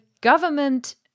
government